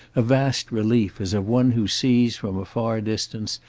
a vast relief, as of one who sees, from a far distance,